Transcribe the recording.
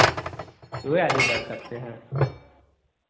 दूए आदमी रह सकते हैं